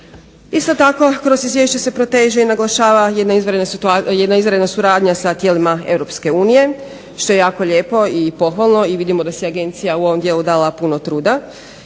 Isto tako kroz izvješće se proteže i naglašava jedna izvanredna suradnja sa tijelima EU što je jako lijepo i pohvalno i vidimo da si je Agencija u ovom dijelu dala puno truda.